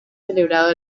celebrado